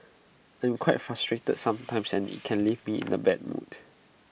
I'm quite frustrated sometimes and IT can leave me in A bad mood